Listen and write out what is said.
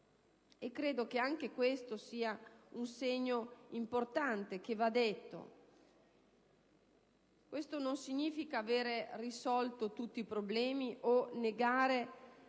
Credo che anche questo sia un segno importante da sottolineare. Ciò non significa aver risolto tutti i problemi o negare